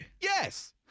Yes